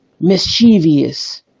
mischievous